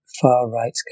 far-right